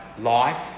life